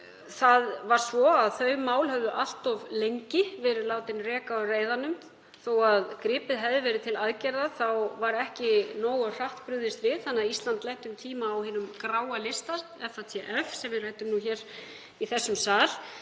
peningaþvætti. Þau mál höfðu allt of lengi verið látin reka á reiðanum og þó að gripið hafi verið til aðgerða var ekki nógu hratt brugðist við þannig að Ísland lenti um tíma á hinum gráa lista FATF, sem við ræddum hér í þessum sal.